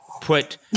put